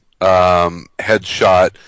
headshot